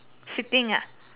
sitting ah